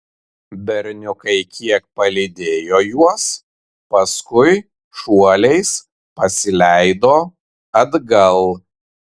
berniukai kiek palydėjo juos paskui šuoliais pasileido atgal